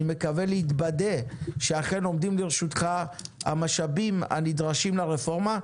אני מקווה להתבדות ולראות שעומדים לרשותך המשאבים לצורך הנעת הרפורמה.